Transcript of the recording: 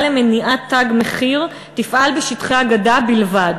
למניעת "תג מחיר" תפעל בשטחי הגדה בלבד.